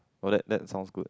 oh that that sounds good